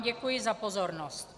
Děkuji vám za pozornost.